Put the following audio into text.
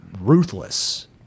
ruthless